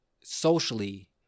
socially